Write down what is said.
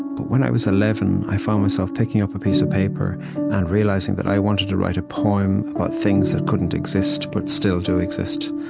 but when i was eleven, i found myself picking up a piece of paper and realizing that i wanted to write a poem about things that couldn't exist, but still do exist.